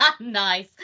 Nice